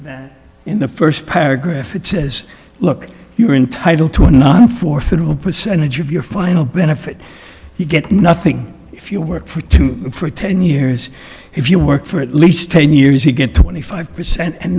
that in the first paragraph it says look you are entitled to a non forfeit of a percentage of your final benefit you get nothing if you work for two for ten years if you work for at least ten years you get twenty five percent and